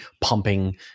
pumping